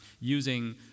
using